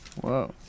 Whoa